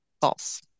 false